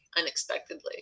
unexpectedly